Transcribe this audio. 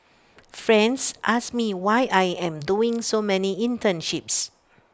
friends ask me why I am doing so many internships